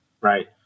Right